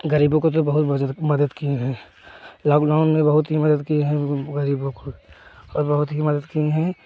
ग़रीबों को तो बहुत बहुत मदद किए हैं लॉक डाउन में बहुत ही मदद किए हैं गरीबों को और बहुत ही मदद किये हैं